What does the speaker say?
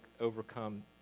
overcome